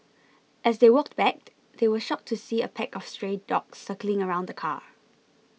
as they walked backed they were shocked to see a pack of stray dogs circling around the car